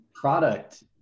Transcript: product